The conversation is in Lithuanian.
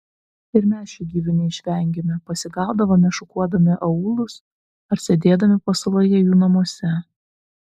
ir mes šių gyvių neišvengėme pasigaudavome šukuodami aūlus ar sėdėdami pasaloje jų namuose